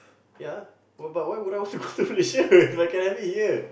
ya but why would I want to got to Malaysia if I can have it here